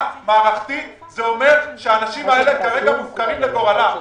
מערכתית זה אומר שהאנשים האלה כרגע מופקרים לגורלם.